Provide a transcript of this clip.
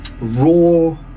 raw